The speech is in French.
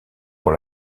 pour